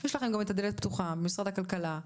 יש לכם גם דלת פתוחה ממשרד הכלכלה,